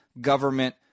government